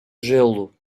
gelo